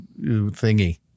thingy